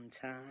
time